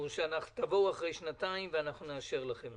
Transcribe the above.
שתבואו אחרי שנתיים ואנחנו נאשר לכם.